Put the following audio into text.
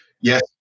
Yes